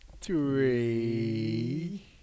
Three